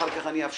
אחר כך למפקחת,